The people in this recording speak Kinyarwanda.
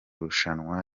irushanwa